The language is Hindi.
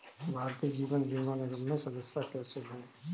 भारतीय जीवन बीमा निगम में सदस्यता कैसे लें?